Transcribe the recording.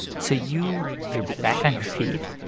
so you you're back on your feet.